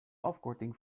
afkorting